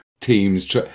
team's